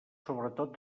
sobretot